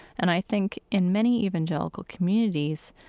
and i think in many evangelical communities,